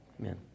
Amen